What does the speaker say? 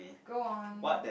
go on